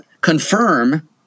confirm